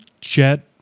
jet